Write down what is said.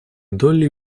долли